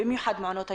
במיוחד מעונות היום.